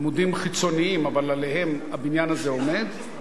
עמודים חיצוניים אבל עליהם הבניין הזה עומד,